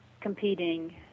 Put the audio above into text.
competing